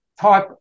type